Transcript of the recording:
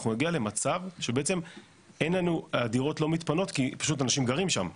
אנחנו נגיע למצב שהדירות לא מתפנות כי פשוט אנשים גרים שם,